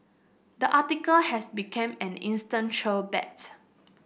the article has became an instant troll bait